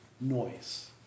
Noise